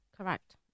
Correct